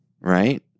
right